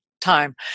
time